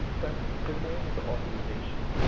that's the name of the organization,